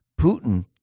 Putin